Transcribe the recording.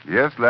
Yes